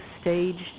staged